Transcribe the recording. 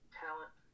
talent